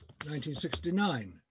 1969